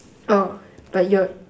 oh but your